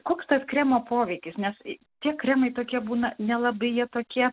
koks tas kremo poveikis nes tie kremai tokie būna nelabai jie tokie